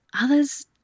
others